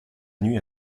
nuit